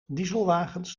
dieselwagens